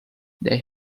they